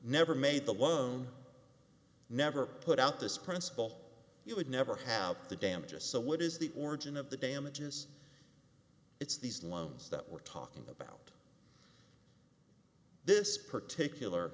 never made the loan never put out this principle you would never have the damages so what is the origin of the damages it's these loans that we're talking about this particular